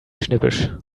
schnippisch